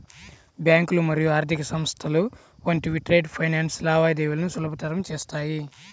బ్యాంకులు మరియు ఆర్థిక సంస్థలు వంటివి ట్రేడ్ ఫైనాన్స్ లావాదేవీలను సులభతరం చేత్తాయి